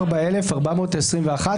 שמחה, הוא לא סופר אותנו.